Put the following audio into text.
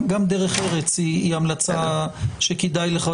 גם דרך ארץ היא המלצה שכדאי לך,